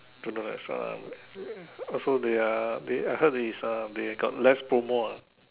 don't know that's why also they are they I heard is uh they uh got less promo ah